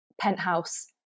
penthouse